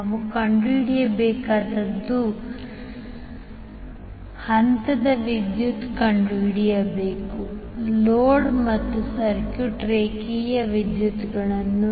ನಾವು ಕಂಡುಹಿಡಿಯಬೇಕಾದದ್ದು ನಾವು ಹಂತದ ವಿದ್ಯುತ್ ಕಂಡುಹಿಡಿಯಬೇಕು ಲೋಡ್ ಮತ್ತು ಸರ್ಕ್ಯೂಟ್ನ ರೇಖೆಯ ವಿದ್ಯುತ್ಗಳು